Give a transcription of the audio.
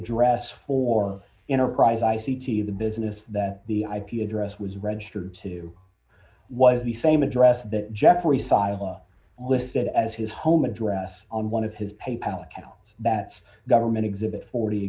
address for enterprise i c t the business that the ip address was registered to was the same address that geoffrey sila listed as his home address on one of his pay pal accounts bets government exhibit forty